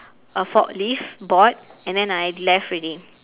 a forklift board and then I left already